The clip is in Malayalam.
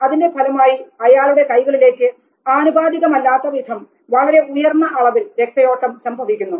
അതിൻറെ ഫലമായി അയാളുടെ കൈകളിലേക്ക് ആനുപാതികമല്ലാത്ത വിധം വളരെ ഉയർന്ന അളവിൽ രക്തഓട്ടം സംഭവിക്കുന്നു